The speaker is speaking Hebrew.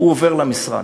הייתי אומר, עוברת למשרד.